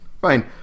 Fine